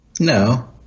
No